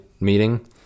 meeting